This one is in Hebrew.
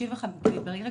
אני מרשות המסים.